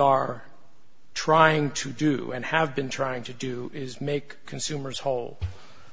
are trying to do and have been trying to do is make consumers whole